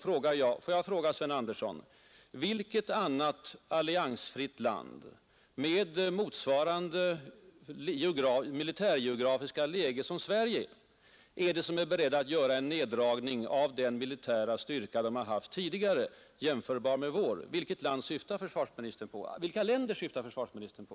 Får jag då fråga herr Sven Andersson: Vilket annat alliansfritt land, med motsvarande militärgeografiska läge som Sverige, är i dag berett att göra en begränsning av sin försvarsstyrka jämförbar med vår? Vilka länder syftar försvarsministern på?